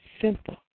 simple